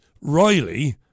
Riley